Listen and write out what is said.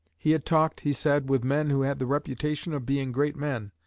he had talked, he said, with men who had the reputation of being great men,